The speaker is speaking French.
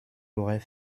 l’aurait